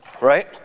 right